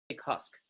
husk